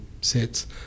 sets